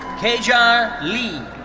keija li.